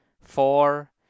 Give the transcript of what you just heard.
four